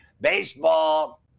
baseball